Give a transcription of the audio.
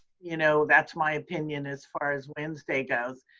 you know, that's my opinion as far as wednesday goes,